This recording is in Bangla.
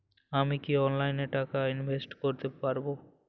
আমি কি অনলাইনে টাকা ইনভেস্ট করতে পারবো?